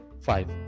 five